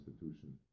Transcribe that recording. institution